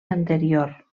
anterior